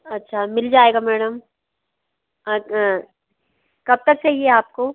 अच्छा मिल जाएगा मैडम अच्छा कब तक चाहिए आपको